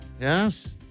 Yes